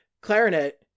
clarinet